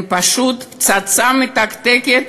הם פשוט פצצה מתקתקת,